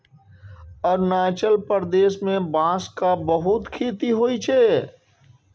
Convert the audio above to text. अरुणाचल प्रदेश मे बांसक बहुत खेती होइ छै